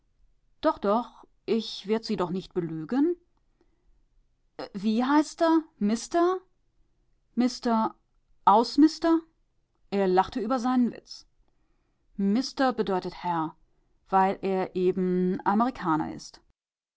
doch doch ich werd sie doch nicht belügen wie heißt er mister mister ausmister er lachte über seinen witz mister bedeutet herr weil er eben ein amerikaner ist